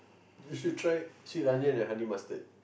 you should try sweet onion and honey mustard